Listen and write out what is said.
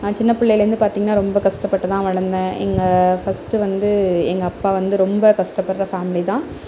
நான் சின்ன பிள்ளைலேந்து பார்த்திங்ன்னா ரொம்ப கஷ்டப்பட்டுதான் வளர்ந்தேன் இங்கே ஃபஸ்ட்டு வந்து எங்கள் அப்பா வந்து ரொம்ப கஷ்டப்படுற ஃபேமிலிதான்